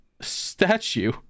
statue